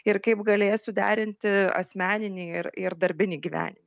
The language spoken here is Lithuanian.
ir kaip galėsiu derinti asmeninį ir ir darbinį gyve